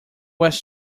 was